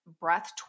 breath